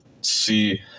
see